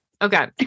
okay